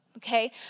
Okay